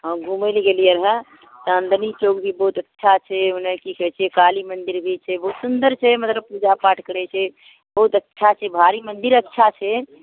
हम घुमै लऽ गेलियै रहऽ चाँदनी चौक भी बहुत अच्छा छै मने की कहै छै काली मंदिर भी छै बहुत सुन्दर छै मतलब पूजा पाठ करै छै बहुत अच्छा छै भारी मन्दिर अच्छा छै